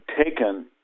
taken